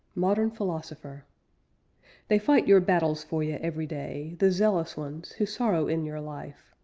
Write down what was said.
modern philosopher they fight your battles for you every day, the zealous ones, who sorrow in your life.